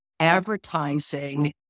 advertising